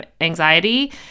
anxiety